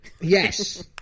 yes